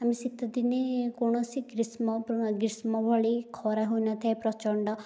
ଆଉ ଶୀତଦିନେ କୌଣସି ଗ୍ରୀଷ୍ମ ଗ୍ରୀଷ୍ମ ଭଳି ଖରା ହୋଇନଥାଏ ପ୍ରଚଣ୍ଡ